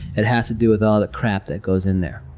it has to do with all the crap that goes in there.